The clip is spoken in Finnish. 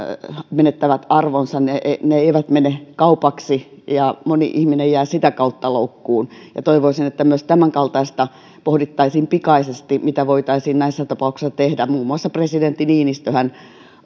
menettävät arvonsa ne ne eivät mene kaupaksi ja moni ihminen jää sitä kautta loukkuun toivoisin että myös tämänkaltaista pohdittaisiin pikaisesti mitä voitaisiin näissä tapauksissa tehdä muun muassa presidentti niinistöhän